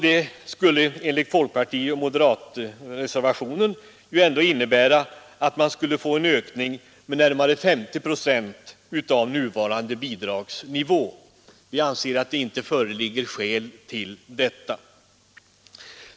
Det skulle enligt folkpartioch moderatreservationen betyda en ökning med 50 procent av nuvarande bidragsnivå. Vi anser att det inte föreligger skäl till detta.